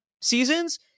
seasons